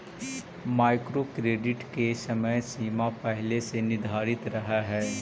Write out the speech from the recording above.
micro credit के समय सीमा पहिले से निर्धारित रहऽ हई